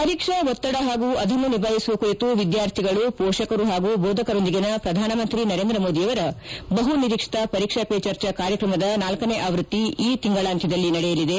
ಪರೀಕ್ಷಾ ಒತ್ತಡ ಹಾಗೂ ಅದನ್ನು ನಿಭಾಯಿಸುವ ಕುರಿತು ವಿದ್ವಾರ್ಥಿಗಳು ಪೋಷಕರು ಹಾಗೂ ಬೋಧಕರೊಂದಿಗಿನ ಪ್ರದಾನಮಂತ್ರಿ ನರೇಂದ್ರ ಮೋದಿಯವರ ಬಹು ನಿರೀಕ್ಷಿತ ಪರೀಕ್ಷಾ ಪೇ ಚರ್ಚಾ ಕಾರ್ಯಕ್ರಮದ ನಾಲ್ಕನೇ ಆವೃತ್ತಿ ಈ ತಿಂಗಳಾಂತ್ಯದಲ್ಲಿ ನಡೆಯಲಿದೆ